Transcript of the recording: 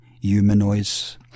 humanoids